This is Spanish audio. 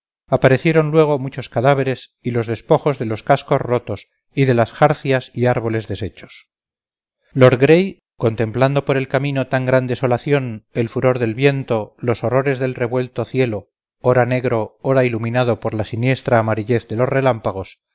aparecieron luego muchos cadáveres y los despojos de los cascos rotos y de las jarcias y árboles deshechos lord gray contemplando por el camino tan gran desolación el furor del viento los horrores del revuelto cielo ora negro ora iluminado por la siniestra amarillez de los relámpagos